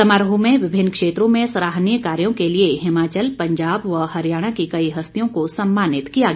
समारोह में विभिन्न क्षेत्रों में सराहनीय कार्यो के लिए हिमाचल पंजाब व हरियाणा की कई हरितयों को सम्मानित किया गया